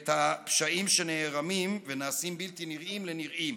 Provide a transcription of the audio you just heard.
ואת הפשעים שנערמים ונעשים בלתי נראים לנראים.